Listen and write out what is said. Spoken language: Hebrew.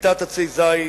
בכריתת עצי זית,